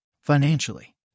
financially